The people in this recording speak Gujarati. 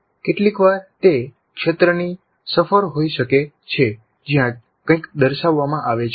કેટલીકવાર તે ક્ષેત્રની સફર હોઈ શકે છે જ્યાં કંઈક દર્શાવવામાં આવે છે